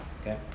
Okay